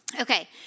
Okay